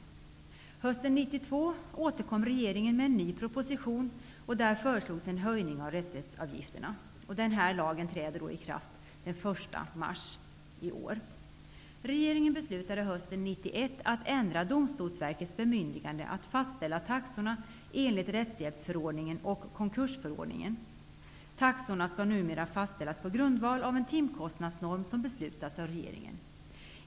Hösten 1992 återkom regeringen med en ny proposition, vari föreslogs en höjning av rättshjälpsavgifterna. Denna lag trädde i kraft den Domstolsverkets bemyndigande att fastställa taxorna enligt rättshjälpsförordningen och konkursförordningen. Taxorna skall numera fastställas på grundval av en timkostnadsnorm som beslutas av regeringen.